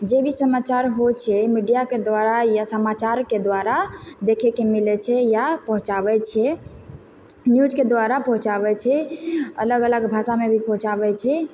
जे भी समाचार होइ छै मीडियाके दुआरा या समाचारके दुआरा देखयके मिलय छै या पहुँचाबय छै न्यूजके दुआरा पहुँचाबय छै अलग अलग भाषामे भी पहुँचाबय छै